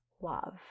love